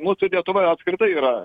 mūsų lietuvoj apskritai yra